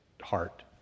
heart